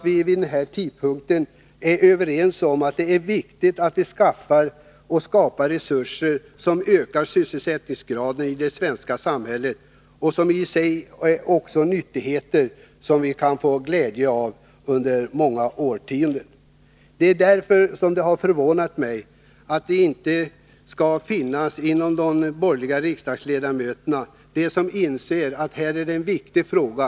Vi är ju överens om att det f. n. är viktigt att satsa resurser för att skapa sysselsättning i vårt samhälle, särskilt om det bidrar till att vi får nyttigheter som vi kan ha glädje av i många årtionden. Det har därför förvånat mig att det inte bland de borgerliga riksdagsledamöterna finns några som inser att det här gäller en viktig fråga.